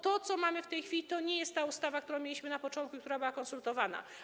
To, co mamy w tej chwili, to nie jest ta ustawa, którą mieliśmy na początku i która była konsultowana.